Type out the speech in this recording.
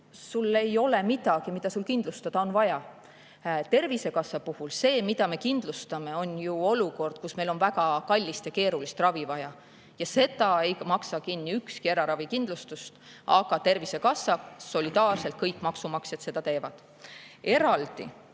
sul ei ole midagi, mida sul kindlustada on vaja. Tervisekassa puhul see, mida me kindlustame, on ju olukord, kus meil on väga kallist ja keerulist ravi vaja, ja seda ei maksa kinni ükski eraravikindlustus, aga Tervisekassa, solidaarselt kõik maksumaksjad seda teevad. Kuna